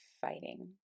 Fighting